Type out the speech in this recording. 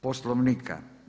Poslovnika.